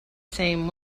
same